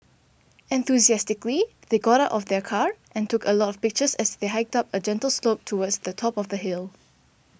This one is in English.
enthusiastically they got out of their car and took a lot of pictures as they hiked up a gentle slope towards the top of the hill